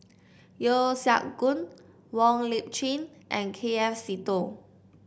Yeo Siak Goon Wong Lip Chin and K F Seetoh